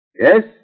Yes